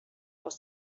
aus